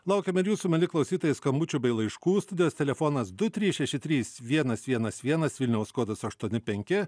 laukiame ir jūsų mieli klausytojai skambučių bei laiškų studijos telefonas du trys šeši trys vienas vienas vienas vilniaus kodas aštuoni penki